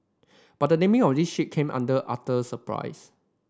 but the naming of the ship came under utter surprise